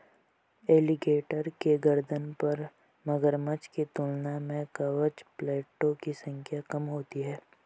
alligator के गर्दन पर मगरमच्छ की तुलना में कवच प्लेटो की संख्या कम होती है